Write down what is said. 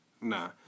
Nah